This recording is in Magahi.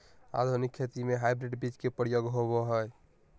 आधुनिक खेती में हाइब्रिड बीज के प्रयोग होबो हइ